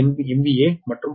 30 MVA மற்றும் 13